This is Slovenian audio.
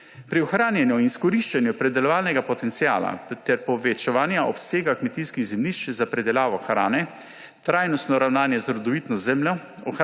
Pri ohranjanju in izkoriščanju pridelovalnega potenciala ter povečevanja obsega kmetijskih zemljišč za pridelavo hrane, trajnostno ravnanje z rodovitno zemljo,